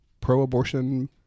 pro-abortion